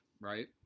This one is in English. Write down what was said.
right